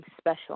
special